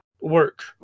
work